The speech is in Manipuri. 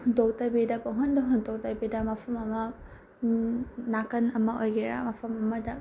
ꯍꯨꯟꯗꯣꯛꯇꯕꯤꯗ ꯄꯨꯡꯍꯨꯟꯗ ꯍꯨꯟꯗꯣꯛꯇꯕꯤꯗ ꯃꯐꯝ ꯑꯃ ꯅꯥꯀꯟ ꯑꯃ ꯑꯣꯏꯒꯦꯔꯥ ꯃꯐꯝ ꯑꯃꯗ